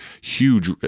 huge